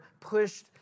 pushed